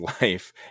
life